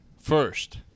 first